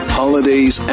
holidays